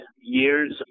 years